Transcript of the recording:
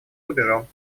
рубежом